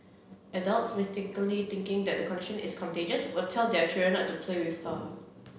adults mistakenly thinking that the condition is contagious would tell their children not to play with her